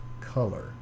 color